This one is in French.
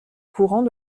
courant